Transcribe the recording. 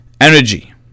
energy